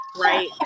Right